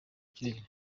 kirere